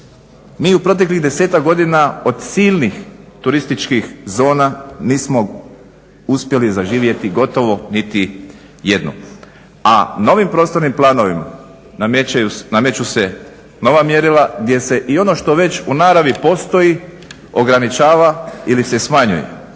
Mi u proteklih 10-tak godina od silnih turističkih zona nismo uspjeli zaživjeti gotovo niti jednu, a novim prostornim planovima nameću se nova mjerila gdje se i ono što već u naravni postoji, ograničava ili se smanjuje.